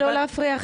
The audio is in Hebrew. לא להפריע,